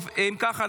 אם כך,